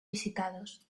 visitados